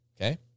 Okay